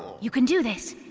you can do this!